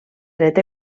dret